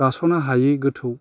गास'नो हायै गोथौ